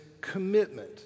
commitment